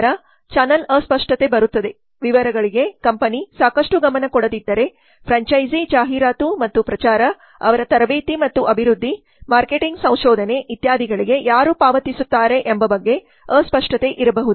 ನಂತರ ಚಾನಲ್ ಅಸ್ಪಷ್ಟತೆ ಬರುತ್ತದೆ ವಿವರಗಳಿಗೆ ಕಂಪನಿ ಸಾಕಷ್ಟು ಗಮನಕೊಡದಿದ್ದರೆ ಫ್ರ್ಯಾಂಚೈಸೀ ಜಾಹೀರಾತು ಮತ್ತು ಪ್ರಚಾರ ಅವರ ತರಬೇತಿ ಮತ್ತು ಅಭಿವೃದ್ಧಿ ಮಾರ್ಕೆಟಿಂಗ್ ಸಂಶೋಧನೆ ಇತ್ಯಾದಿಗಳಿಗೆ ಯಾರು ಪಾವತಿಸುತ್ತಾರೆ ಎಂಬ ಬಗ್ಗೆ ಅಸ್ಪಷ್ಟತೆ ಇರಬಹುದು